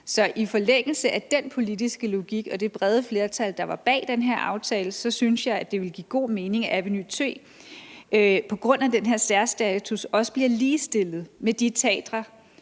Så i forlængelse af den politiske logik og det brede flertal, der var bag den her aftale, så synes jeg, at det vil give god mening, at Aveny-T på grund af den her særstatus også bliver ligestillet med de teatre,